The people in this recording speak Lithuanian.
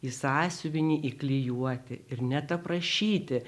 į sąsiuvinį į klijuoti ir net aprašyti